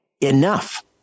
Enough